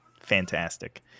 fantastic